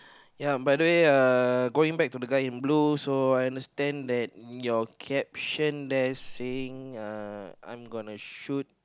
ya by the way uh going back to the guy in blue so I understand that your caption there saying uh I'm gonna shoot